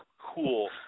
cool